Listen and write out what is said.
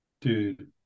dude